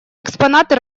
экспонаты